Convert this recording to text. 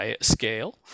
scale